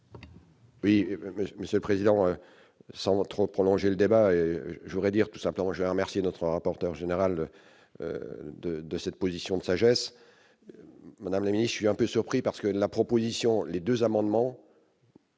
Oui, Monsieur le Président, sans trop prolonger le débat, je voudrais dire tout simplement j'ai remercier notre rapporteur général de de cette position de sagesse, bon allez, je suis un peu surpris parce que la proposition, les 2 amendements.